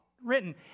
Written